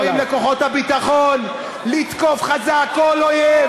אנחנו קוראים לכוחות הביטחון לתקוף חזק כל אויב,